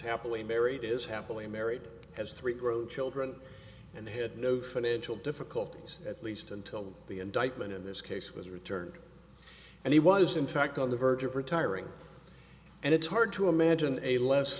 happily married is happily married has three grown children and had no financial difficulties at least until the indictment in this case was returned and he was in fact on the verge of retiring and it's hard to imagine a less